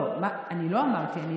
אני לא אמרתי,